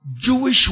Jewish